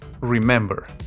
remember